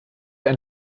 ein